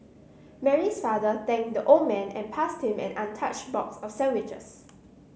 Mary's father thanked the old man and passed him an untouched box of sandwiches